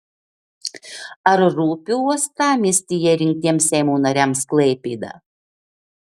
ar rūpi uostamiestyje rinktiems seimo nariams klaipėda